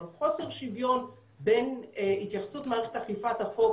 אבל חוסר שוויון בין התייחסות מערכת אכיפת החוק